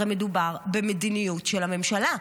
הרי מדובר במדיניות של הממשלה.